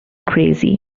crazy